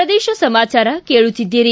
ಪ್ರದೇಶ ಸಮಾಚಾರ ಕೇಳುತ್ತೀದ್ದಿರಿ